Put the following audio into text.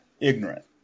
ignorant